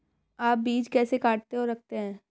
आप बीज कैसे काटते और रखते हैं?